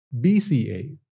BCA